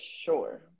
sure